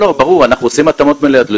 ברור, אנחנו עושים התאמות מלאות.